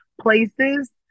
places